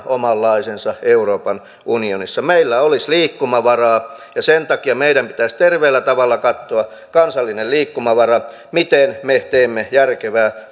omanlaisensa euroopan unionissa meillä olisi liikkumavaraa ja sen takia meidän pitäisi terveellä tavalla katsoa kansallinen liikkumavara miten me teemme järkevää